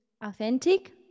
authentic